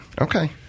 Okay